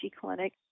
clinic